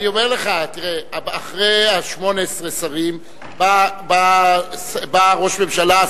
אחרי 18 השרים בא ראש ממשלה,